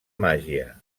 màgia